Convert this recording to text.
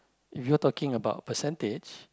if you're talking about percentage